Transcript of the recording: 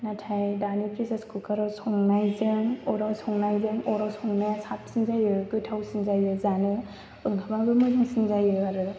नाथाय दानि फ्रेसार खुखाराव संनायजों अराव संनायजों अराव संनाया साबसिन जायो गोथावसिन जायो जानो ओंखामाबो मोजांसिन जायो आरो